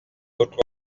haute